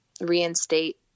reinstate